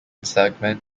segment